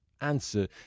answer